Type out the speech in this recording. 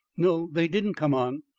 no they didn't come on.